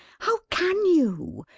how can you!